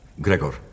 Gregor